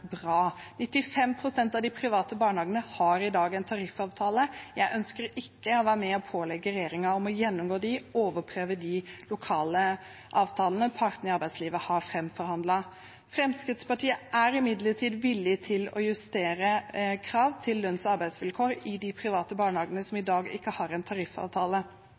bra. 95 pst. av de private barnehagene har i dag en tariffavtale. Jeg ønsker ikke å være med og pålegge regjeringen å gjennomgå dem, å overprøve de lokale avtalene partene i arbeidslivet har framforhandlet. Fremskrittspartiet er imidlertid villig til å justere krav til lønns- og arbeidsvilkår i de private barnehagene som i dag ikke har en tariffavtale.